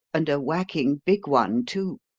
and a whacking big one, too.